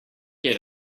get